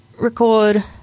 record